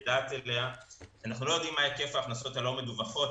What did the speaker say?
אנחנו לא יודעים מה היקף ההכנסות הלא מדווחות,